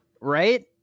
Right